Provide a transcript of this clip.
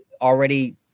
already